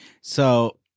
So-